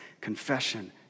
Confession